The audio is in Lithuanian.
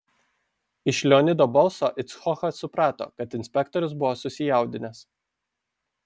iš leonido balso icchokas suprato kad inspektorius buvo susijaudinęs